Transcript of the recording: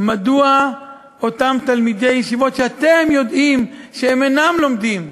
מדוע אותם תלמידי ישיבות שאתם יודעים שהם אינם לומדים,